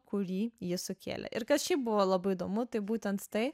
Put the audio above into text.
kurį ji sukėlė ir kas šiaip buvo labai įdomu tai būtent tai